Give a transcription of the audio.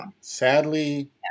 sadly